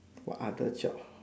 what other job